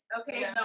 okay